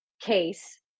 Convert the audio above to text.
case